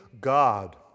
God